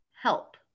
Help